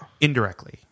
Indirectly